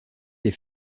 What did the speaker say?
les